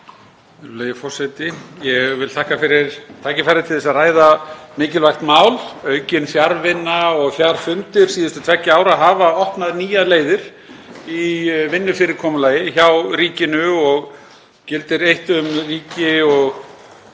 forseti. Ég vil þakka fyrir tækifærið til að ræða mikilvægt mál. Aukin fjarvinna og fjarfundir síðustu tveggja ára hafa opnað nýjar leiðir í vinnufyrirkomulagi hjá ríkinu og gildir eitt um ríki og